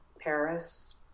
Paris